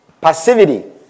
Passivity